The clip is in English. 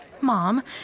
Mom